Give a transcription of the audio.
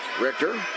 Richter